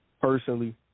personally